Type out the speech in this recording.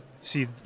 see